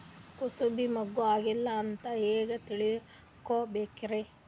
ಕೂಸಬಿ ಮುಗ್ಗ ಆಗಿಲ್ಲಾ ಅಂತ ಹೆಂಗ್ ತಿಳಕೋಬೇಕ್ರಿ?